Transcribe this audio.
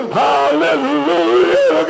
hallelujah